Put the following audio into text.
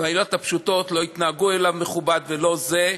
והעילות הפשוטות: לא התנהגו אליו בכבוד ולא זה.